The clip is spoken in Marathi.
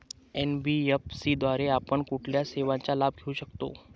एन.बी.एफ.सी द्वारे आपण कुठल्या सेवांचा लाभ घेऊ शकतो?